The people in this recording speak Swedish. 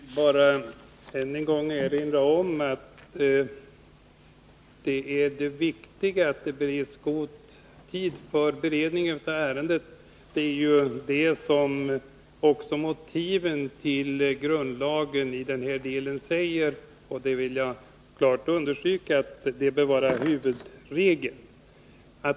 Fru talman! Jag vill bara än en gång erinra om att det viktigaste är att det ges god tid för beredningen av ärendet — det sägs också i motiven till grundlagen i den här delen. Jag vill klart understryka att det bör vara det huvudsakliga.